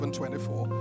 24